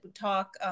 talk